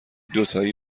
دوتایی